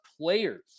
players